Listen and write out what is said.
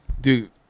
Dude